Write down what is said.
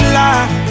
life